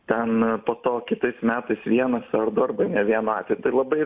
ten po to kitais metais vienas ar du ar ne vienu atveju tai labai